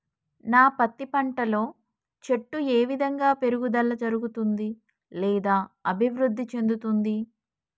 నా పత్తి పంట లో చెట్టు ఏ విధంగా పెరుగుదల జరుగుతుంది లేదా అభివృద్ధి చెందుతుంది?